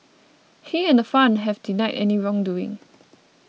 he and the fund have denied any wrongdoing